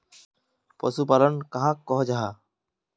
पशुपालन कहाक को जाहा?